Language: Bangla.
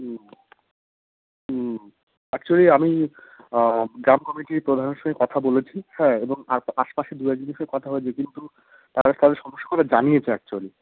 হুম হুম অ্যাকচুয়ালি আমি গ্রাম কমিটির প্রধানের সঙ্গে কথা বলেছি হ্যাঁ এবং আশপাশের দু একজনের সঙ্গে কথা হয়েছে কিন্তু তারা কারো সাহস করে জানিয়েছে অ্যাকচুয়ালি